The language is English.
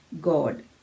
God